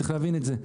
צריך להבין את זה.